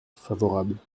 favorable